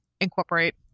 incorporate